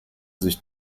sich